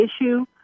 issue